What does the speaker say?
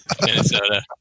Minnesota